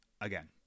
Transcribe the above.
Again